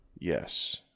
Yes